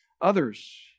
others